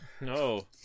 No